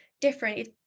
different